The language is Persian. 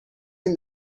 این